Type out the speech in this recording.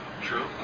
true